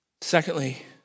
Secondly